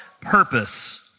purpose